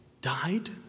died